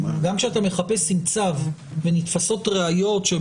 גם כשאתה מחפש עם צו ונתפסות ראיות שהן